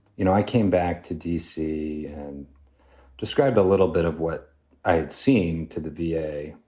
you know, i came back to d c. and described a little bit of what i had seen to the v a.